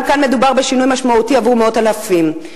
גם כאן מדובר בשינוי משמעותי עבור מאות אלפים.